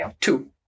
Two